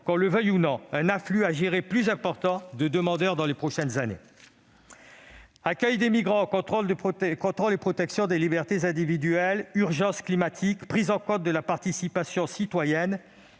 qu'on le veuille ou non, un afflux plus important de demandeurs dans les prochaines années. Accueil des migrants, contrôle et protection des libertés individuelles, urgence climatique, prise en compte de la participation citoyenne